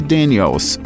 Daniels